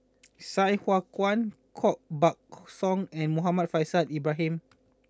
Sai Hua Kuan Koh Buck Song and Muhammad Faishal Ibrahim